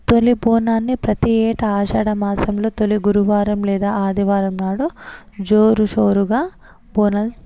తొలి బోనాన్ని ప్రతి ఏటా ఆషాడ మాసంలో తొలి గురువారం లేదా ఆదివారం నాడు జోరుషోరుగా బోన